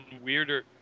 Weirder –